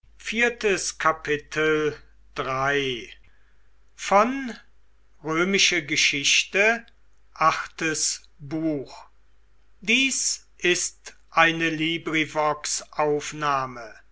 sind ist eine